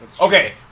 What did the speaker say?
Okay